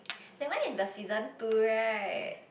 that one is the season two right